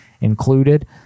included